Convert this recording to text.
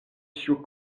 ĉiu